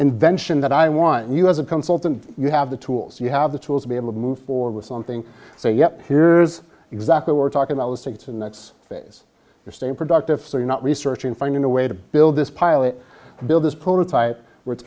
invention that i want you as a consultant you have the tools you have the tools to be able to move forward with something that yep here's exactly we're talking about the states and that's days to stay productive so you're not researching finding a way to build this pilot build this prototype w